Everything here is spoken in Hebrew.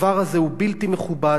הדבר הזה הוא בלתי מכובד,